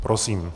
Prosím.